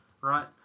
right